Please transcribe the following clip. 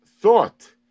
thought